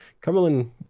Cumberland